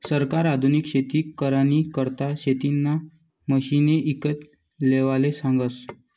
सरकार आधुनिक शेती करानी करता शेतीना मशिने ईकत लेवाले सांगस